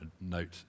note